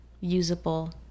usable